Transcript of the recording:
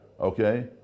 Okay